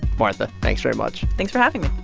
martha, thanks very much thanks for having me